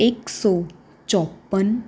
એકસો ચોપન